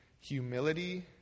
humility